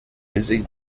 busy